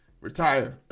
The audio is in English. Retire